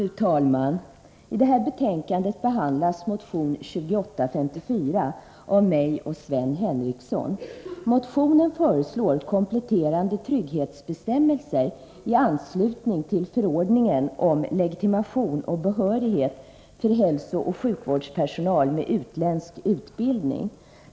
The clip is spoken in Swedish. Fru talman! I detta betänkande behandlas motion 2854 av mig och Sven Henricsson. I motionen föreslås kompletterande trygghetsbestämmelser i anslutning till förordningen om legitimation och behörighet för hälsooch sjukvårdspersonal med utländsk utbildning.